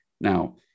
Now